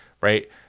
right